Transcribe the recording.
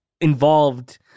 involved